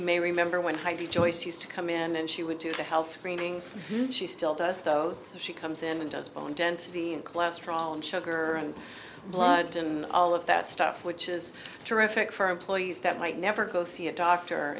may remember when heidi joyce used to come in and she would do the health screenings she still does those she comes in and does bone density and cholesterol and sugar and blood in all of that stuff which is terrific for employees that might never go see a doctor